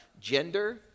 gender